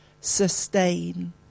sustain